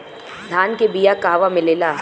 धान के बिया कहवा मिलेला?